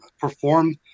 perform